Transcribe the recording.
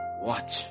Watch